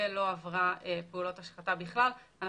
ולא עברה בכלל פעולות השחתה אנחנו